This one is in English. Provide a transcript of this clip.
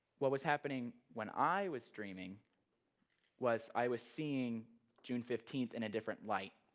what was happening when i was dreaming was i was seeing june fifteenth in a different light.